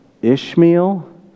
ishmael